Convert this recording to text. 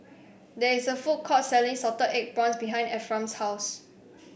there is a food court selling Salted Egg Prawns behind Ephram's house